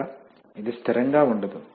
కనుక ఇది స్థిరంగా ఉండదు